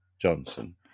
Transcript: Johnson